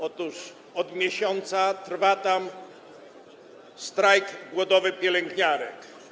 Otóż od miesiąca trwa tam strajk głodowy pielęgniarek.